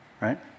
right